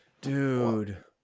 Dude